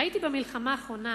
ראיתי במלחמה האחרונה